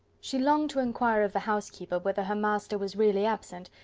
she longed to inquire of the housekeeper whether her master was really absent,